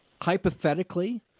hypothetically